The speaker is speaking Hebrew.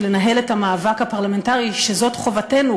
לנהל את המאבק הפרלמנטרי וזאת חובתנו,